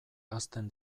hazten